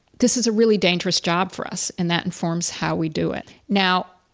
this is a really dangerous job for us, and that informs how we do it. now,